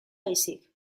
baizik